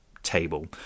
table